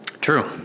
True